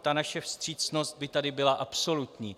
Ta naše vstřícnost by tady byla absolutní.